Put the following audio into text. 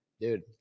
Dude